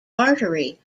artery